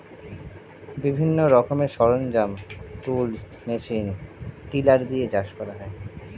বিভিন্ন রকমের সরঞ্জাম, টুলস, মেশিন টিলার দিয়ে চাষ করা হয়